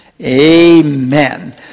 Amen